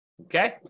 okay